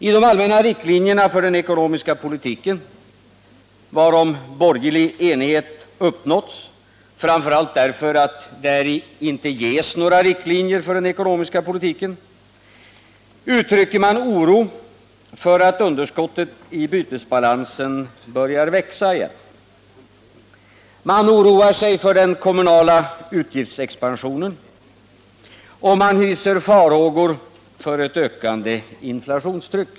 I de allmänna riktlinjerna för den ekonomiska politiken — varom borgerlig enighet uppnåtts framför allt därför att däri inte ges några riktlinjer för den ekonomiska politiken — uttrycker man oro för att underskottet i bytesbalansen börjar växa igen. Man oroar sig för den kommunala utgiftsexpansionen och man hyser farhågor för ett ökande inflationstryck.